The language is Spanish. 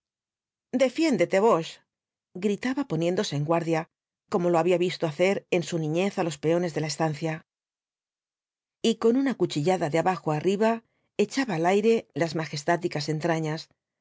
defiéndete boche gritaba poniéndose en guardia como lo había visto hacer en su niñez á los peones de la estancia y con una cuchillada de abajo á arriba echaba al aire las majestáticas entrañas